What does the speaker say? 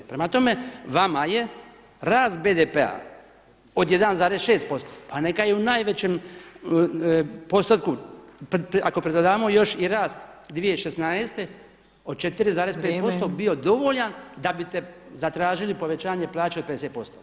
Prema tome, vama je rast BDP-a od 1,6%, pa neka je i u najvećem postotku ako pridodavamo još i rast 2016. od 4,5% bio dovoljan da biste zatražili povećanje plaće od 50%